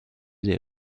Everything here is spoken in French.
des